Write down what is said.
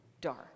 dark